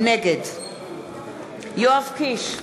נגד יואב קיש,